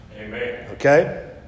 Okay